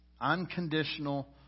unconditional